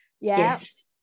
Yes